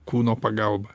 kūno pagalba